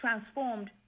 transformed